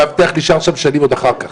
המאבטח נשאר שם עוד שנים אחר כך.